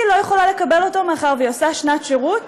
היא לא יכולה לקבל אותו, מאחר שהיא עושה שנת שירות